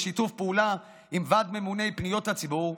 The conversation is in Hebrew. בשיתוף פעולה עם ועד ממוני פניות הציבור,